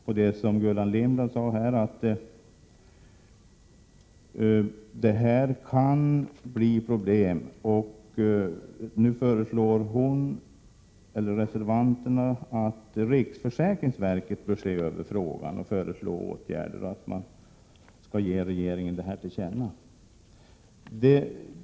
Gullan 57 Lindblad sade här att det i sådana fall kan bli problem. Reservanterna föreslår att riksförsäkringsverket skall få i uppdrag att se över frågan och att riksdagen skall ge regeringen detta till känna.